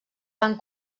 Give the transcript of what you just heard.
van